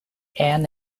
ann